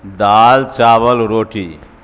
دال چاول روٹی